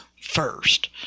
first